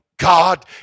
God